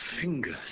fingers